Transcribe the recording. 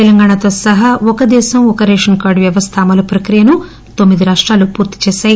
తెలంగాణతో సహా ఒక దేశం ఒక రేషస్ కార్డు వ్యవస్థ అమలు ప్రక్రియను ఇంతవరకు తొమ్మిది రాష్టాలు పూర్తిచేశాయి